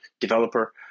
developer